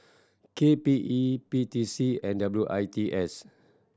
K P E P T C and W I T S